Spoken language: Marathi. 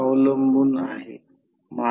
तर याचा अर्थ V1 I1 हे V2 I2 च्या समान असावे